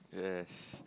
yes